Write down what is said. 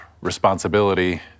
responsibility